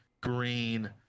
green